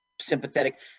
sympathetic